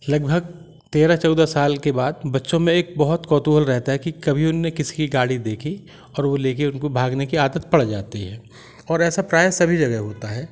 लगभग तेरह चौदह साल के बच्चों में एक बहुत कौतूहल रहता है कि कभी उन्होंने किसी गाड़ी देखी और वो ले के उनको भागने की आदत पड़ जाती है और ऐसा प्रायः सभी जगह होता है